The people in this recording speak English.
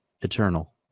eternal